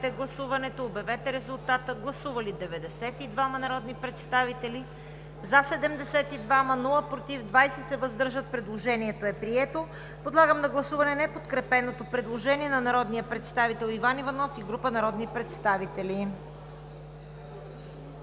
гласуване създадения нов § 1. Гласували 78 народни представители: за 65, против няма, въздържали се 13. Предложението е прието. Подлагам на гласуване неподкрепеното предложение на народния представител Иван Иванов и група народни представители.